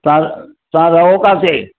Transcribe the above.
तव्हां तव्हां रहो किथे